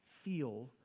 feel